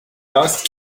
dust